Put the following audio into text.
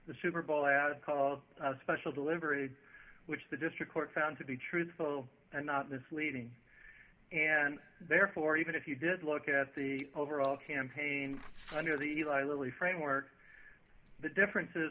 the super bowl ad called special delivery which the district court found to be truthful and not misleading and therefore even if you did look at the overall campaign under the eli lilly framework the difference